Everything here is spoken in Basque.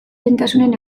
lehentasunen